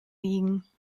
liegen